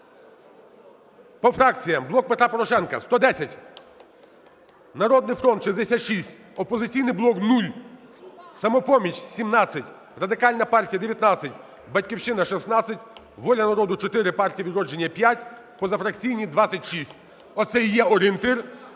По фракціях. "Блок Петра Порошенка" – 110, "Народний фронт" – 66, "Опозиційний блок" – 0, "Самопоміч" – 17, Радикальна партія – 19, "Батьківщина" – 16, "Воля народу" – 4, "Партія "Відродження" – 5, позафракційні – 26. Оце і є орієнтир,